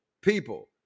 People